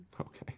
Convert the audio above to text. okay